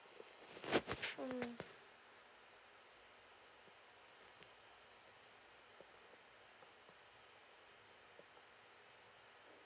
mm